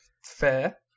fair